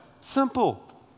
Simple